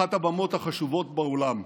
אחת הבמות החשובות בעולם.